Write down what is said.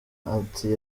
ati